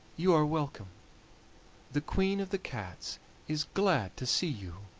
you are welcome the queen of the cats is glad to see you.